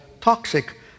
toxic